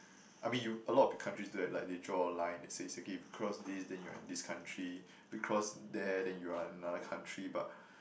I mean you a lot of big countries don't have like they draw a line that says okay if you cross this then you're in this country you cross there then you are in another country but